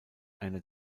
einer